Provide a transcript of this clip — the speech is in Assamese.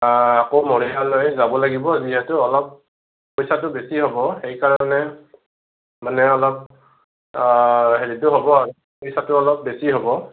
আকৌ মৰিগাঁওলৈ যাব লাগিব যিহেতু অলপ পইচাটো বেছি হ'ব সেইকাৰণে মানে অলপ হেৰিটো হ'ব আৰু পইচাটো অলপ বেছি হ'ব